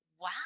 wow